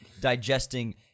digesting